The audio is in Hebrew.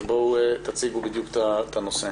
אז תציגו את הנושא.